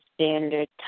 Standard